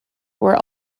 were